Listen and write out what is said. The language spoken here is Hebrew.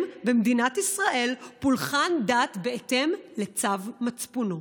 במדינת ישראל פולחן דת בהתאם לצו מצפונו.